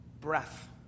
breath